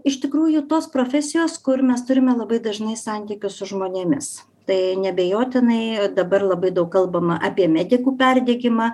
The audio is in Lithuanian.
iš tikrųjų tos profesijos kur mes turime labai dažnai santykius su žmonėmis tai neabejotinai dabar labai daug kalbama apie medikų perdegimą